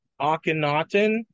Akhenaten